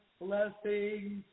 blessings